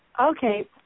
Okay